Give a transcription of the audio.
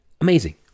Amazing